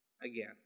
again